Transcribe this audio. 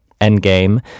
Endgame